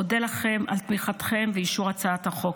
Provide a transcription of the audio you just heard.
אודה לכם על תמיכתם באישור הצעת החוק.